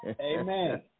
Amen